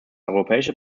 europäische